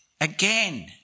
again